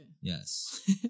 yes